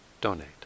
donate